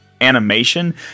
animation